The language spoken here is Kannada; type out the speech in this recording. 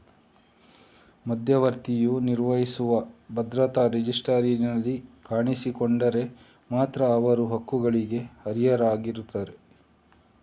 ಮಧ್ಯವರ್ತಿಯು ನಿರ್ವಹಿಸುವ ಭದ್ರತಾ ರಿಜಿಸ್ಟರಿನಲ್ಲಿ ಕಾಣಿಸಿಕೊಂಡರೆ ಮಾತ್ರ ಅವರು ಹಕ್ಕುಗಳಿಗೆ ಅರ್ಹರಾಗಿರುತ್ತಾರೆ